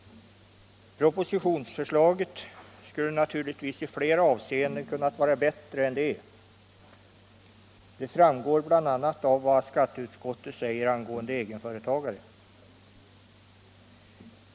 Propositionsförslaget skulle naturligtvis i flera avseenden ha kunnat vara bättre än det är. Det framgår bl.a. av vad skatteutskottet säger angående egenföretagare.